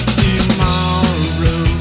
tomorrow